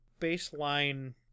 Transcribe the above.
baseline